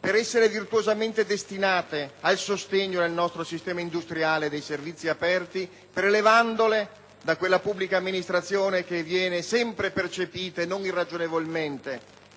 per essere virtuosamente destinate al sostegno nel nostro sistema industriale dei servizi aperti, prelevandole da quella pubblica amministrazione che viene sempre percepita - e non irragionevolmente